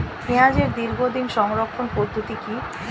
পেঁয়াজের দীর্ঘদিন সংরক্ষণ পদ্ধতি কি?